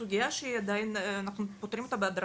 סוגיה שאנחנו פותרים בהדרגה.